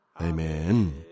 Amen